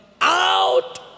out